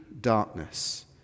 darkness